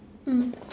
mm